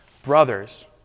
Brothers